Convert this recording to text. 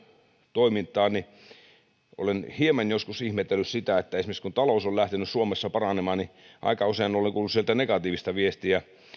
toimintaan olen hieman joskus ihmetellyt sitä että esimerkiksi kun talous on lähtenyt suomessa paranemaan aika usein olen kuullut sieltä negatiivista viestiä